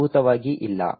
ಮೂಲಭೂತವಾಗಿ ಇಲ್ಲ